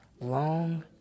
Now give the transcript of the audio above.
Long